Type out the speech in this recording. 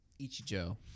Ichijo